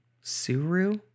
Suru